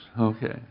Okay